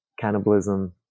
cannibalism